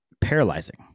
Paralyzing